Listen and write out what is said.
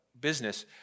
business